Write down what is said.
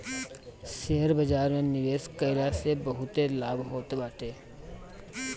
share बाजार में निवेश कईला से बहुते लाभ होत बाटे